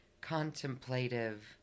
contemplative